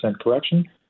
correction